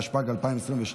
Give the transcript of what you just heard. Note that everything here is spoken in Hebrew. התשפ"ג 2022,